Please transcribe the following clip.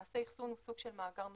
למעשה, אחסון הוא סוג של מאגר נוסף.